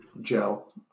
Joe